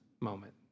moment